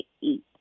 eat